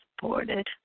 supported